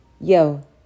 Yo